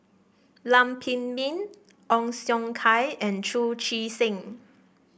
Lam Pin Min Ong Siong Kai and Chu Chee Seng